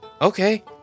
Okay